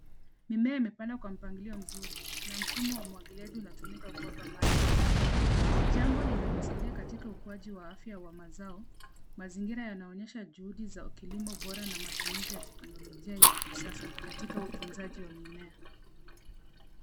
Mimea imepandwa kwa mpangilio mzuri na mfumo wa umwagiliaji unatumika kuwapa maji. Jambo linalosaidia katika ukuaji wa afya wa mazao. Mazingira yanaonyesha juhudi za kilimo bora na matumizi ya teknolojia ya kisasa katika utunzaji wa mimea.